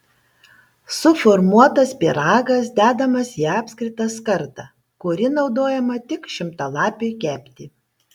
suformuotas pyragas dedamas į apskritą skardą kuri naudojama tik šimtalapiui kepti